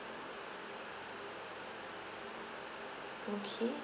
okay